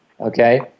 Okay